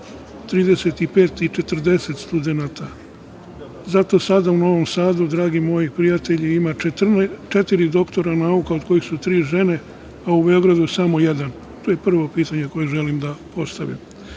35 i 40 studenata. Zato sada u Novom Sadu, dragi moji prijatelji, ima četiri doktora nauka, od kojih su tri žene, a u Beogradu samo jedan. To je prvo pitanje koje želim da postavim. Drugo